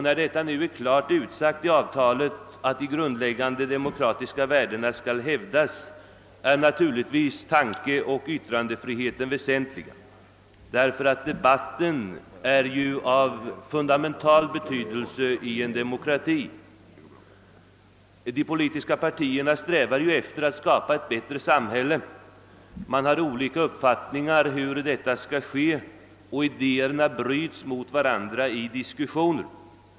När det nu är klart utsagt i avtalet, att de grundläggande demokratiska värdena skall hävdas, är tankeoch yttrandefriheten väsentliga, eftersom debatten är av fundamental betydelse i en demokrati. De politiska partierna strävar ju efter att skapa ett bättre samhälle. Man har olika uppfattningar om hur detta skall ske, och idéerna bryts mot varandra i diskussionen.